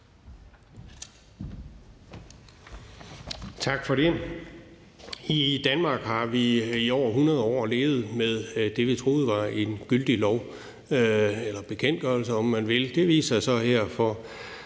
Tak for det. I Danmark har vi i år i 100 år levet med det, vi troede var en gyldig lov – eller bekendtgørelse, om man vil. Det viser sig så her for